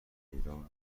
ایران